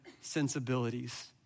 sensibilities